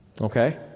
Okay